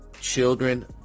children